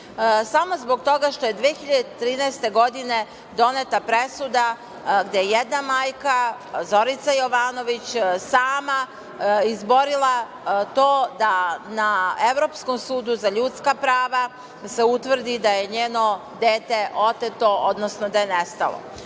samo zbog toga što je 2013. godine doneta presuda, gde jedna majka, Zorica Jovanović, sama je izborila to da se na Evropskom sudu za ljudska prava utvrdi da je njeno dete oteto, odnosno da je nestalo.U